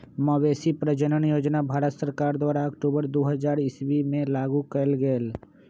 मवेशी प्रजजन योजना भारत सरकार द्वारा अक्टूबर दू हज़ार ईश्वी में लागू कएल गेल